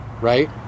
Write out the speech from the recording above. right